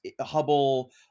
Hubble